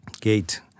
gate